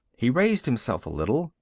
he raised himself a little.